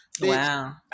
Wow